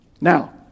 Now